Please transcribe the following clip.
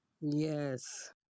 Yes